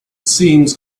seems